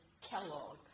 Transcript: Kellogg